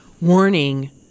Warning